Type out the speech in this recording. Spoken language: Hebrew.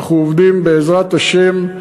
אנחנו עובדים, בעזרת השם.